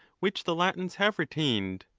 which the latins have retained,